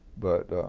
but